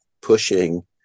pushing